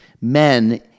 Men